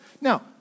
Now